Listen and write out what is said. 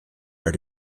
are